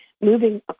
Moving